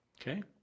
Okay